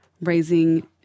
raising